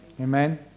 Amen